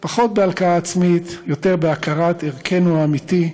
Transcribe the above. פחות בהלקאה עצמית, יותר בהכרת ערכנו האמיתי.